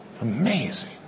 amazing